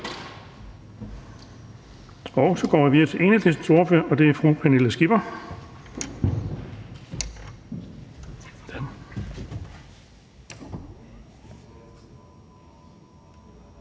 Så går vi videre til Enhedslistens ordfører, og det er fru Pernille Skipper.